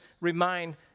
remind